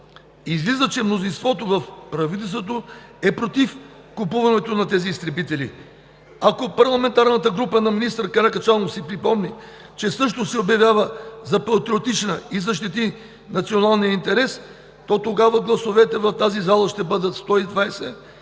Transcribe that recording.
Излиза, че малката коалиция в правителството е против купуването на тези изтребители. Ако парламентарната група на министър Каракачанов си припомни, че също се обявява за патриотична и защити националния интерес, тогава гласовете в тази зала ще бъдат 120